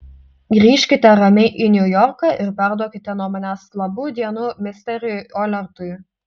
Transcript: grįžkite ramiai į niujorką ir perduokite nuo manęs labų dienų misteriui olertui